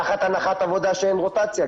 תחת הנחת עבודה שאין רוטציה,